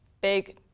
big